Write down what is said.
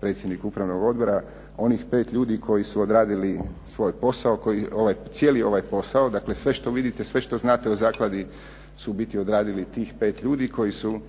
predsjednik upravnog odbora onih 5 ljudi koji su odradili svoj posao, koji cijeli ovaj posao dakle, sve što vidite, sve što znate o zakladi su u biti odradili tih 5 ljudi koji su